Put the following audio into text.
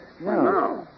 No